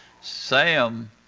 Sam